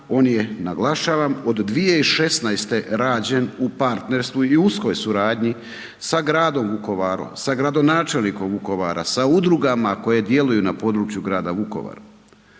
on je naglašavam od 2016. rađen u partnerstvu i uskoj suradnji sa gradom Vukovarom, sa gradonačelnikom Vukovara, sa udrugama koje djeluju na području grada Vukovara